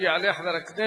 יעלה חבר הכנסת